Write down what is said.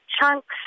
chunks